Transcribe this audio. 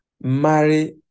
marry